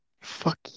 Fuck